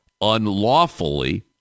unlawfully